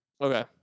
Okay